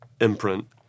imprint